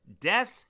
Death